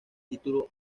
título